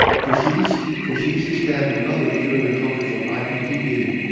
for cdc for cdc staff and others viewing the conference on iptv,